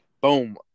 boom